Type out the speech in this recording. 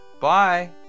Bye